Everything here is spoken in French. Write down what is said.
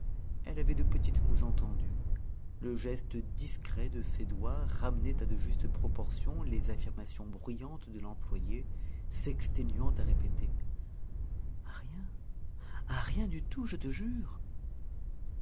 elle avait de petites moues entendues le geste discret de ses doigts ramenait à de justes proportions les affirmations bruyantes de l'employé s'exténuant à répéter à rien à rien du tout je te jure